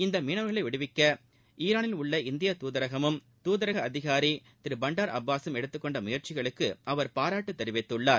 இந்த மீனவர்களை விடுவிக்க ஈரானில் உள்ள இந்திய தூதரகமும் தூதரக அதிகாரி திரு பண்டார் அபாஸும் எடுத்துக்கொண்ட முயற்சிகளுக்கு அவர் பாராட்டு தெரிவித்துள்ளார்